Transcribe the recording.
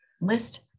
list